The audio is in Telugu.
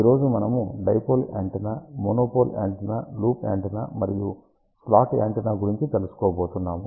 ఈ రోజు మనము dipole antenna monopole antenna loop antenna మరియు స్లాట్ యాంటెన్నా గురించి తెలుసుకోబోతున్నాము